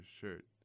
shirt